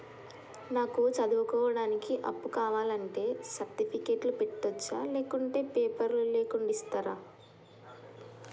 నాకు చదువుకోవడానికి అప్పు కావాలంటే సర్టిఫికెట్లు పెట్టొచ్చా లేకుంటే పేపర్లు లేకుండా ఇస్తరా?